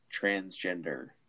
transgender